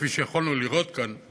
כפי שיכולנו לראות כאן,